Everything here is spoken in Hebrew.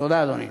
תודה, אדוני.